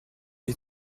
est